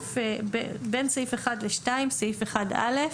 בין סעיף (1) ל-(2), סעיף (1)(א)